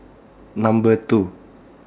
Number two